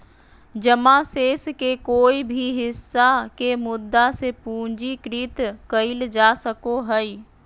जमा शेष के कोय भी हिस्सा के मुद्दा से पूंजीकृत कइल जा सको हइ